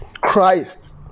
Christ